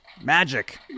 Magic